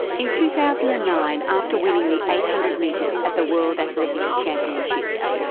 in two thousand and nine after winning the eight hundred metres at the world athletes championships,